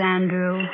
Andrew